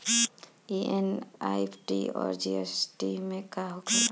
ई एन.ई.एफ.टी और आर.टी.जी.एस का होखे ला?